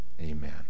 Amen